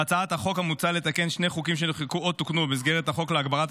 בהצעת החוק מוצע לתקן שני חוקים שנחקקו או תוקנו במסגרת החוק להגברת